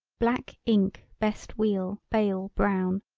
black ink best wheel bale brown.